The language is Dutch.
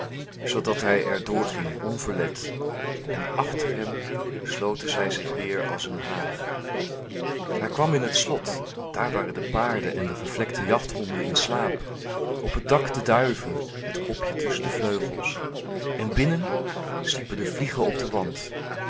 hij er doorging onverlet en achter hem sloten zij zich weêr als een haag hij kwam in het slot daar waren de paarden en de